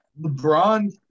LeBron